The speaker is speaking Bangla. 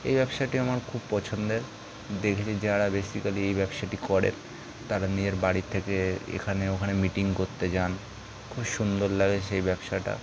এই ব্যবসাটি আমার খুব পছন্দের দেখবে যারা বেসিকালি এই ব্যবসাটি করে তারা নিজের বাড়ি থেকে এখানে ওখানে মিটিং করতে যান খুব সুন্দর লাগে সেই ব্যবসাটা